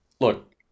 look